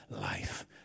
life